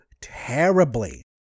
terribly